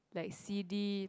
like C_D